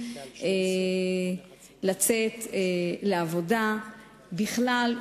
לצאת לעבודה בכלל,